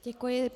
Děkuji.